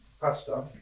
pasta